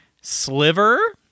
Sliver